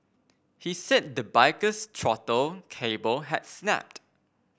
he said the biker's throttle cable had snapped